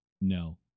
No